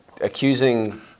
accusing